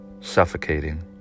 Suffocating